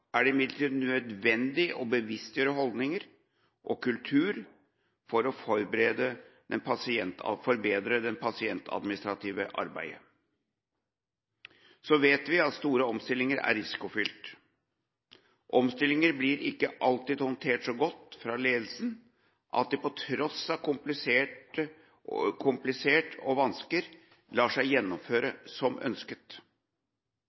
er det imidlertid nødvendig å bevisstgjøre holdninger og kultur for å forbedre det pasientadministrative arbeidet. Så vet vi at store omstillinger er risikofylte. Omstillinger blir ikke alltid håndtert så godt fra ledelsen at de på tross av komplikasjoner og vansker lar seg